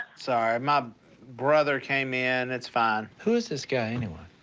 sorry. my brother came in. it's fine. who is this guy anyway?